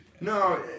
No